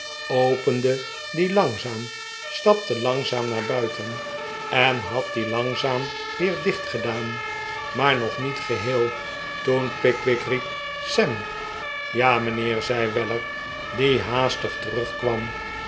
opende die langzaam stapte langzaam naar buiten en had die langzaam weer dicht gedaan maar nog met geheel toen pickwick riep sam r ja mijnheer zei weller die haastig terugkwam